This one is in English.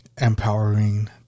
empowering